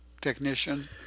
technician